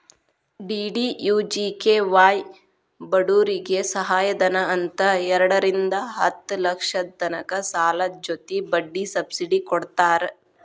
DDUGKY ಬಡೂರಿಗೆ ಸಹಾಯಧನ ಅಂತ್ ಎರಡರಿಂದಾ ಹತ್ತ್ ಲಕ್ಷದ ತನಕ ಸಾಲದ್ ಜೊತಿ ಬಡ್ಡಿ ಸಬ್ಸಿಡಿ ಕೊಡ್ತಾರ್